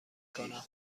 کنم